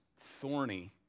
thorny